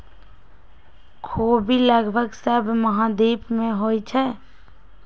ख़ोबि लगभग सभ महाद्वीप में होइ छइ